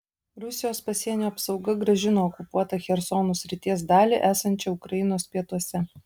rusijos pasienio apsauga grąžino okupuotą chersono srities dalį esančią ukrainos pietuose